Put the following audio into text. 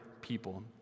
people